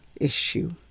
issue